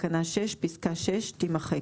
בתקנה 6 פסקה (6) תימחק.